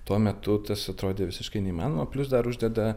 tuo metu tas atrodė visiškai neįmanoma plius dar uždeda